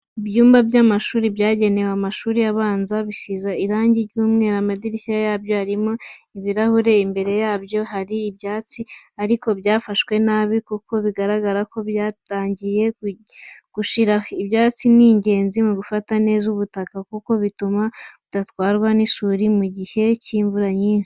Ibyumba by'amashuri byagenewe amashuri abanza, bisize irangi ry'umweru, amadirishya yabyo arimo ibirahure, imbere yabyo hari ibyatsi ariko byafashwe nabi kuko bigaragara ko byatangiye gushiraho. Ibyatsi ni ingenzi mu gufata neza ubutaka kuko bituma budatwarwa n'isuri mu gihe cy'imvura nyinshi.